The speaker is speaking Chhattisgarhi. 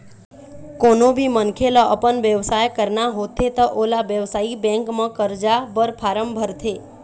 कोनो भी मनखे ल अपन बेवसाय करना होथे त ओला बेवसायिक बेंक म करजा बर फारम भरथे